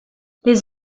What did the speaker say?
les